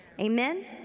Amen